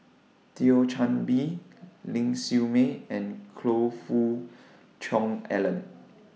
Thio Chan Bee Ling Siew May and Choe Fook Cheong Alan